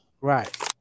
Right